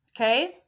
Okay